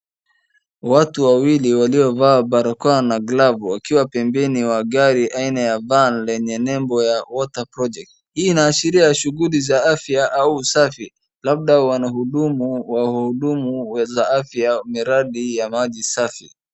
Watu wawili waliovaa barakoa na glavu wakiwa pembeni wa gari aina ya Van yenye nembo ya Water Project. Hii inaashiria shughuli za afya au usafi labda wanahudumu kwa wahudumu za afya miradi ya maji safi.